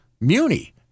muni